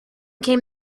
came